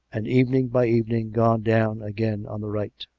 and evening by evening gone down again on the right.